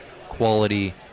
quality